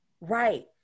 right